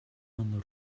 man